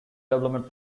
development